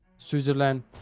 switzerland